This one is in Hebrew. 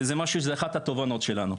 וזו אחת התובנות שלנו.